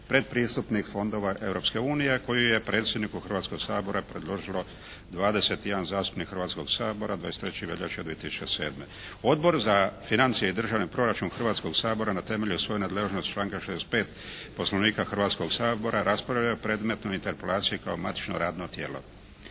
pretpristupnih fondova Europske unije koju je predsjedniku Hrvatskog sabora predložilo 21 zastupnik Hrvatskog sabora 23. veljače 2007. Odbor za financije i državni proračun Hrvatskog sabora na temelju svoje nadležnosti iz članka 65. Poslovnika Hrvatskog sabora raspravljao je o predmetnoj ingerpelaciji kao matično radno tijelo.